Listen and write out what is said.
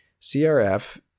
crf